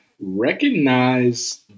recognize